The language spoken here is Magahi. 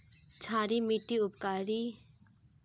क्षारी मिट्टी उपकारी?